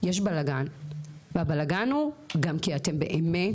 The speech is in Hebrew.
יש בלגן והבלגן הוא, גם כי אתם באמת,